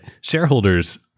shareholders